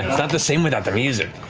it's not the same without the music.